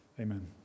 Amen